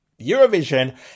eurovision